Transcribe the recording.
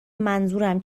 منظورم